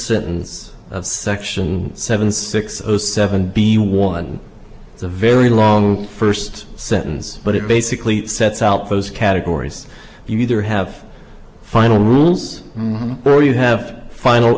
sentence of section seven six zero seven b one it's a very long first sentence but it basically sets out those categories you either have final rules though you have final